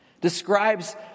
Describes